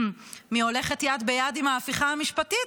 הולכת יד ביד עם ההפיכה המשפטית,